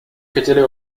хотели